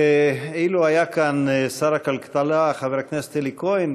אילו היה כאן שר הכלכלה חבר הכנסת אלי כהן,